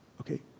Okay